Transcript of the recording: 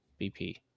BP